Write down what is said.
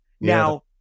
Now